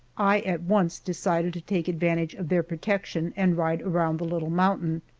i at once decided to take advantage of their protection and ride around the little mountain.